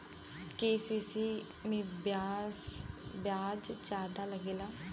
KCC में ब्याज कितना लागेला?